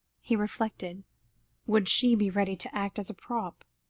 he reflected would she be ready to act as a prop?